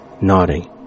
nodding